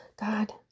God